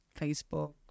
Facebook